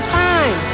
time